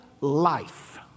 life